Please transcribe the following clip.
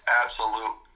absolute